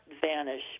vanish